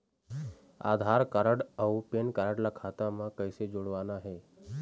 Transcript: आधार card अऊ PAN card ला खाता म कइसे जोड़वाना हे?